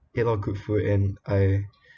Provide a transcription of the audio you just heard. ate a lot of good food and I